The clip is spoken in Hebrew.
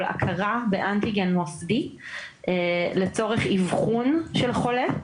הכרה באנטיגן מוסדי לצורך אבחון של חולה,